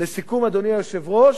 לסיכום, אדוני, היושב-ראש,